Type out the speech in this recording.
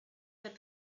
that